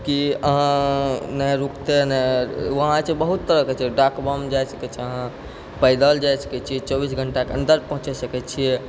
कि अहाँ नहि रुकतै नहि वहांँ छै बहुत तरहके छै डाक बम जाइ सकै छियै अहाँ पैदल जाइ सकै छियै चौबीस घण्टाके अन्दर पहुँच सकै छियै